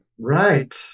Right